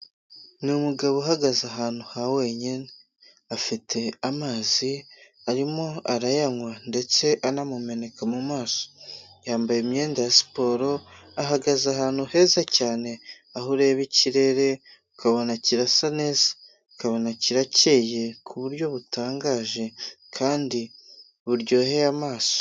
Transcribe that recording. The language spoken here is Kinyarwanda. Ni umugabo uhagaze ahantu ha wenyine, afite amazi arimo arayanywa, ndetse anamumeneka mu maso, yambaye imyenda ya siporo, ahagaze ahantu heza cyane, aho ureba ikirere ukabona kirasa neza, ukabone kiracye ku buryo butangaje, kandi buryoheye amaso.